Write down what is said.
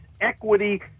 equity